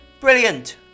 brilliant